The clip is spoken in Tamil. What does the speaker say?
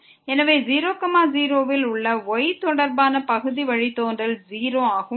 எனவே 0 0 இல் உள்ள y தொடர்பான பகுதி வழித்தோன்றல் 0 ஆகும்